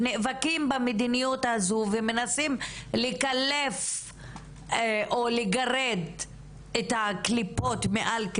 אנחנו נאבקים במדיניות הזו ומנסים לקלף או לגרד את הקליפות מעל,